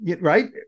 Right